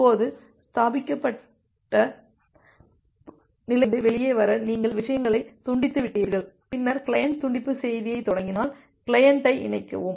இப்போது ஸ்தாபிக்கப்பட்ட நிலையிலிருந்து வெளியே வர நீங்கள் விஷயங்களைத் துண்டித்து விட்டீர்கள் பின்னர் கிளையன்ட் துண்டிப்பு செய்தியைத் தொடங்கினால் கிளையன்ட்டை இணைக்கவும்